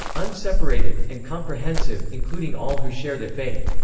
unseparated, and comprehensive, including all who share that faith.